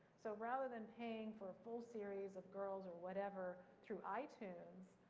so rather than paying for a full series of girls, or whatever through itunes,